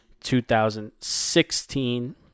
2016